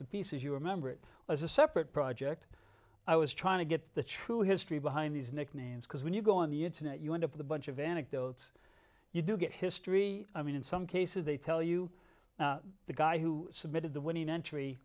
the pieces you remember it as a separate project i was trying to get the true history behind these nicknames because when you go on the internet you end up with a bunch of anecdotes you do get history i mean in some cases they tell you the guy who submitted the winning entry